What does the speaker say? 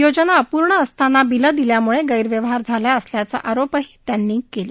योजना अपूर्ण असताना बिलं दिल्याम्ळे गैरव्यवहार झाल्याचा आरोप त्यांनी केला